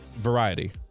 Variety